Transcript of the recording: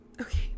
Okay